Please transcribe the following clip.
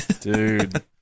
dude